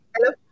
Hello